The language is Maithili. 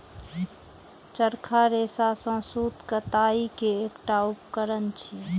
चरखा रेशा सं सूत कताइ के एकटा उपकरण छियै